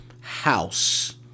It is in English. house